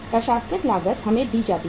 प्रशासनिक लागत हमें दी जाती है